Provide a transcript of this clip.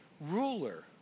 ruler